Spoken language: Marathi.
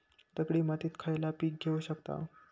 दगडी मातीत खयला पीक घेव शकताव?